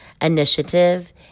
initiative